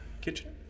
Kitchen